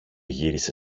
γύρισε